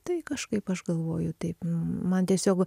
tai kažkaip aš galvoju taip m man tiesiog